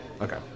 Okay